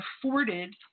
afforded